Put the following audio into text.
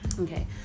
Okay